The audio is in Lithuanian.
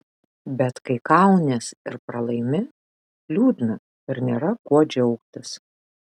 bet kai kaunies ir pralaimi liūdna ir nėra kuo džiaugtis